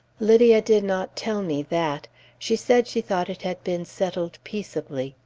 lydia did not tell me that she said she thought it had been settled peaceably,